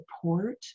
support